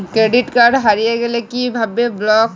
Credit card হারিয়ে গেলে কি ভাবে ব্লক করবো?